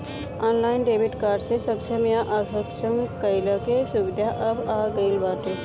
online debit card के सक्षम या असक्षम कईला के सुविधा अब आ गईल बाटे